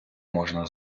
можна